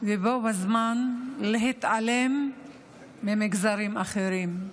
ובו בזמן להתעלם ממגזרים אחרים.